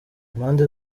impande